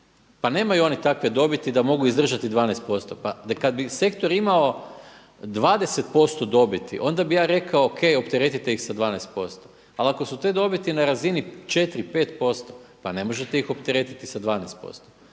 Pa nemaju oni takve dobiti da mogu izdržati 12%. Pa kad bi sektor imao 20% dobiti onda bih ja rekao: ok, opteretite ih s 12%, ali ako su te dobiti na razini 4, 5% pa ne možete ih opteretiti s 12%.